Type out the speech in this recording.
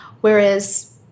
Whereas